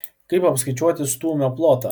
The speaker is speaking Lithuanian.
kaip apskaičiuoti stūmio plotą